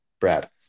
Brad